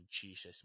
jesus